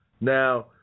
Now